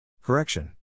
Correction